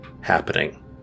happening